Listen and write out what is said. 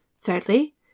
Thirdly